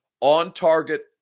on-target